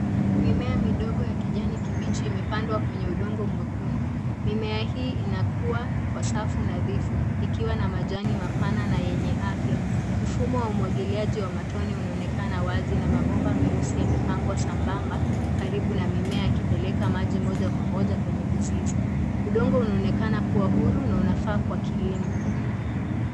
Mimea midogo ya kijani kibichi imepandwa kwenye udongo mwekundu. Mimea hii inakuwa kwa safu nadhifu ikiwa na majani mapana na yenye afya. Mfumo wa umwagiliaji wa amtone unaonekana wazi na mabomba meusi yamepangwa sambamba karibu na mimea yakipeleka maji moja kwa moja kwenye mzizi. Udongo unaonekana kuwa huru na unafaa kwa kilimo.